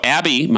Abby